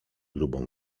grubą